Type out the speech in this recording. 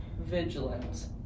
vigilant